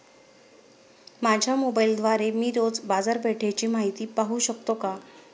माझ्या मोबाइलद्वारे मी रोज बाजारपेठेची माहिती पाहू शकतो का?